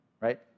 right